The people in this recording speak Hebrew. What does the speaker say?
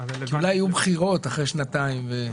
כי אולי יהיו בחירות אחרי שנתיים...